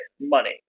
money